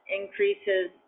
increases